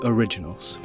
Originals